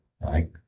right